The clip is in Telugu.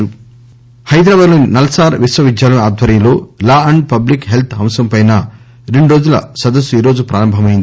డెస్క్ నల్సార్ హైదరాబాద్ లోని నల్సార్ విశ్వవిద్యాలయం ఆధ్వర్యం లో లా అండ్ పబ్లిక్ హెల్త్ అంశం పై రెండు రోజుల సదస్సు ఈ రోజు ప్రారంభమైంది